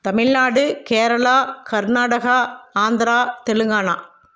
Tamil Nadu Kerala Karnataka Andhra Telangana